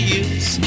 use